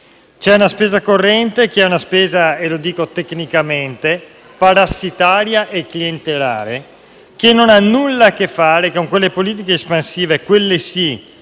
C'è la spesa corrente, che è una spesa - lo dico tecnicamente - parassitaria e clientelare, che non ha nulla a che fare con le politiche espansive che